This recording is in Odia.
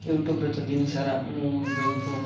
ୟୁଟ୍ୟୁବ୍ର ତ ଦିନସାରା ମୁଁ ଦିନକୁ